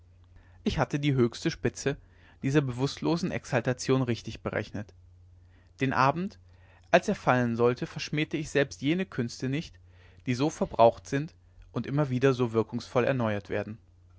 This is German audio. ich hatte die höchste spitze dieser bewußtlosen exaltation richtig berechnet den abend als er fallen sollte verschmähte ich selbst jene künste nicht die so verbraucht sind und immer wieder so wirkungsvoll erneuert werden